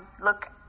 look